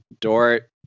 Dort